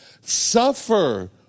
Suffer